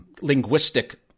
linguistic